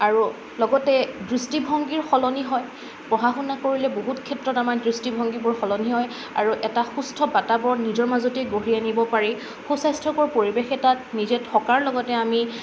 আৰু লগতে দৃষ্টিভংগীৰ সলনি হয় পঢ়া শুনা কৰিলে বহুত ক্ষেত্ৰত আমাৰ দৃষ্টিভংগীবোৰ সলনি হয় আৰু এটা সুস্থ বাতাবৰণ নিজৰ মাজতেই গঢ়ি আনিব পাৰি সু স্বাস্থ্যকৰ পৰিবেশ এটাত নিজে থকাৰ লগতে আমি